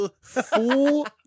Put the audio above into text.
full